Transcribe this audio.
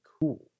cool